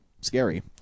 scary